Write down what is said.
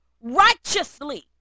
righteously